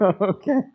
Okay